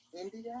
India